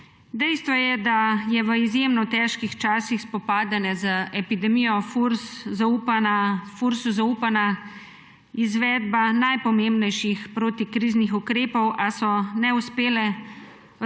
Dejstvo je, da je v izjemno težkih časih spopadanja z epidemijo FURS zaupana izvedba najpomembnejših protikriznih ukrepov, a so neuspele